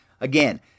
Again